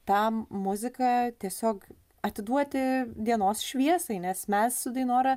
tą muziką tiesiog atiduoti dienos šviesai nes mes su dainora